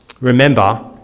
Remember